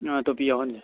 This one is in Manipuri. ꯑꯥ ꯇꯨꯄꯤ ꯌꯥꯎꯍꯟꯁꯤ